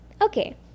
Okay